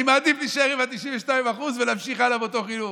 אני מעדיף להישאר עם 92% ולהמשיך הלאה עם אותו חינוך.